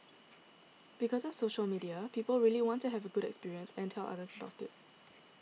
because of social media people really want to have a good experience and tell others about it